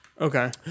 Okay